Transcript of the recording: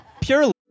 purely